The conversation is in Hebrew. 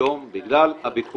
היום, בגלל הביקור,